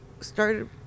Started